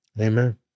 Amen